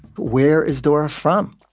where is dora from?